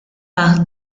par